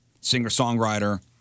singer-songwriter